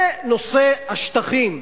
זה נושא השטחים,